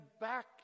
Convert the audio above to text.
back